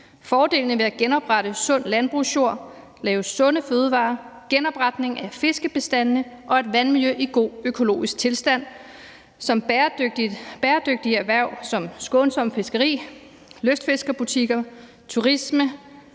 fordelene ved at genoprette sund landbrugsjord og lave sunde fødevarer og genopretning af fiskebestandene og et vandmiljø i god økonomisk tilstand, som bæredygtige erhverv såsom skånsomt fiskeri, lystfiskerbutikker, turisme